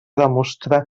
demostra